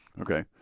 okay